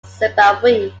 zimbabwe